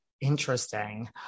Interesting